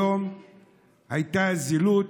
היום הייתה זילות,